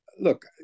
look